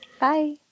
Bye